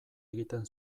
egiten